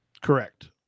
Correct